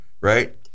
right